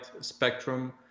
spectrum